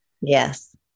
Yes